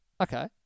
Okay